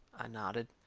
i nodded.